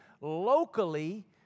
locally